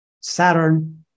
Saturn